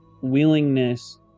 willingness